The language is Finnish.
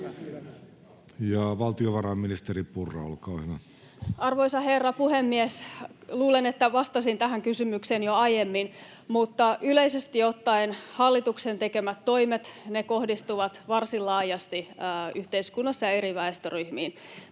kesk) Time: 16:33 Content: Arvoisa herra puhemies! Luulen, että vastasin tähän kysymykseen jo aiemmin, mutta yleisesti ottaen hallituksen tekemät toimet kohdistuvat varsin laajasti yhteiskunnassa eri väestöryhmiin.